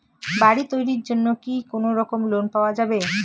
বাড়ি তৈরির জন্যে কি কোনোরকম লোন পাওয়া যাবে?